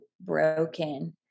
broken